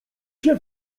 się